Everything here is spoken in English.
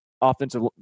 offensive